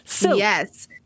Yes